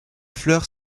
fleurs